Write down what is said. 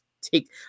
take